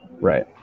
Right